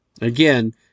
Again